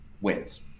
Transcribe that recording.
wins